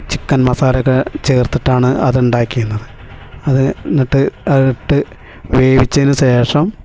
chicken masala ഒക്കെ ചേർത്തിട്ടാണ് അത് ഉണ്ടാക്കിയിരുന്നത് അത് എന്നിട്ട് അതിട്ട് വേവിച്ചതിന് ശേഷം